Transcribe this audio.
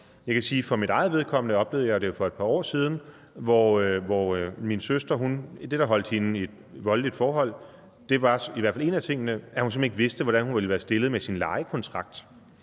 Jeg kan sige, at jeg for mit eget vedkommende oplevede det for et par år siden, hvor i hvert fald en af de ting, der holdt min søster i et voldeligt forhold, var, at hun simpelt hen ikke vidste, hvordan hun ville være stillet med sin lejekontrakt.